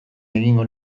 egingo